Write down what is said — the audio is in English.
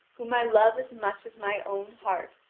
whom i love as much as my own heart,